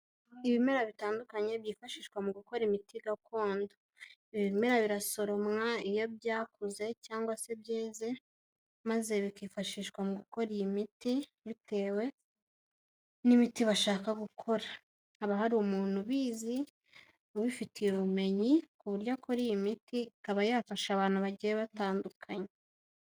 Ibimera bitandukanye byifashishwa mu gukora imiti gakondo. Ibimera birasoromwa iyo byakuze cyangwa se byeze maze bikifashishwa mu gukora iyi miti bitewe n'imiti bashaka gukora. Haba hari umuntu ubizi, ubifitiye ubumenyi ku buryo akora iyi miti ikaba yafasha abantu bagiye batandukanye.